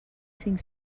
cinc